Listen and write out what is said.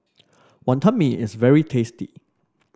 Wonton Mee is very tasty